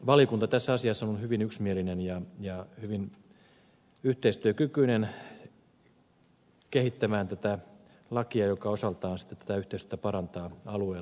valiokunta tässä asiassa on hyvin yksimielinen ja hyvin yhteistyökykyinen kehittämään tätä lakia joka osaltaan sitten tätä yhteistyötä parantaa alueellamme